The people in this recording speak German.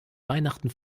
weihnachten